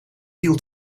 deal